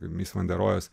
mis van de rojas